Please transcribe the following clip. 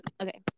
Okay